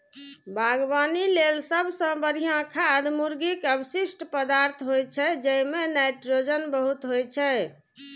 बागवानी लेल सबसं बढ़िया खाद मुर्गीक अवशिष्ट पदार्थ होइ छै, जइमे नाइट्रोजन बहुत होइ छै